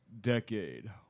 decade